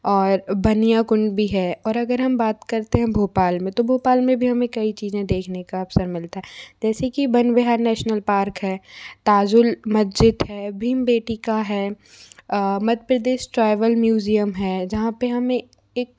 और बनियाकुंड भी है और अगर हम बात करते हैं भोपाल में तो भोपाल में भी हमें कई चीज़ें देखने का अवसर मिलता है जैसे कि वन विहार नेशनल पार्क है ताजुल मज्जिद है भीम बेटिका है मध्य प्रदेश ट्राइवल म्यूज़ियम है जहाँ पे हमें एक